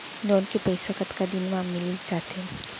Loan के पइसा कतका दिन मा मिलिस जाथे?